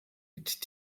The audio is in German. mit